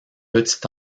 petit